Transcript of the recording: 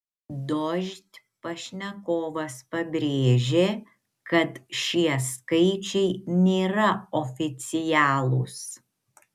dožd pašnekovas pabrėžė kad šie skaičiai nėra oficialūs